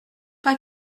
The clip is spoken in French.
pas